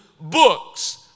books